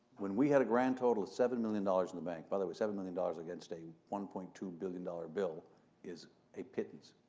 when we had a grand total of seven million dollars in the bank by the way seven million dollars against a one point two billion dollar bill is a pittance,